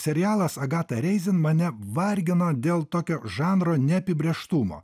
serialas agata reizin mane vargino dėl tokio žanro neapibrėžtumo